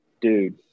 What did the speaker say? Dude